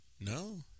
No